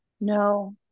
No